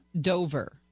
Dover